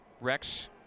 Rex